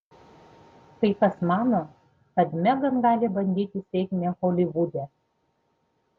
kai kas mano kad megan gali bandyti sėkmę holivude